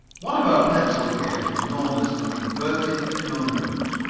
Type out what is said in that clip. one of our pencil-games was known as inverted conundrums,